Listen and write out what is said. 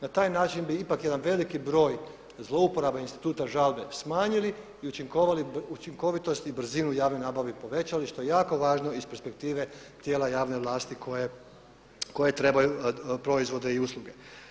Na taj način bi ipak jedan veliki broj zlouporaba instituta žalbe smanjili i učinkovitost i brzinu javne nabave povećali što je jako važno iz perspektive tijela javne vlasti koje trebaju proizvode i usluge.